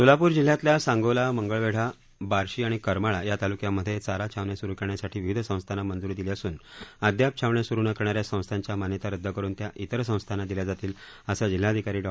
सोलापर जिल्ह्यातल्या सांगोला मंगळवेढा बार्शी आणि करमाळा या तालक्यांमधे चारा छावण्या सरू करण्यासाठी विविध संस्थांना मंजुरी दिली असून अद्याप छावण्या सुरु न करणा या संस्थांच्या मान्यता रद्द करुन त्या इतर संस्थांना दिल्या जातील असं जिल्हाधिकारी डॉ